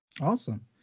Awesome